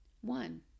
One